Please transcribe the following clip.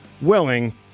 willing